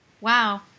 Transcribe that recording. Wow